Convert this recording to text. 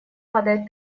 падает